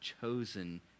chosen